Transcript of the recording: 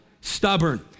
stubborn